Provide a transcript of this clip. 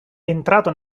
entrato